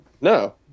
No